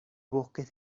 bosques